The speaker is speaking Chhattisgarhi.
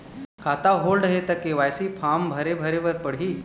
खाता होल्ड हे ता के.वाई.सी फार्म भरे भरे बर पड़ही?